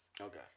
Okay